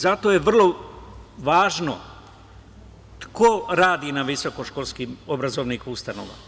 Zato je vrlo važno ko radi na visokoškolskim obrazovnim ustanovama.